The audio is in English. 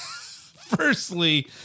Firstly